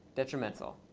detrimental.